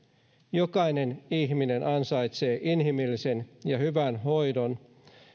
jokainen ihminen ansaitsee inhimillisen ja hyvän hoidon